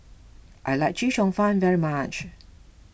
I like Chee Cheong Fun very much